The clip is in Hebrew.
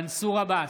מנסור עבאס,